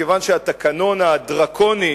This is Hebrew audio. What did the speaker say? כיוון שהתקנון הדרקוני,